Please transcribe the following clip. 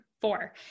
four